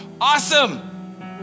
awesome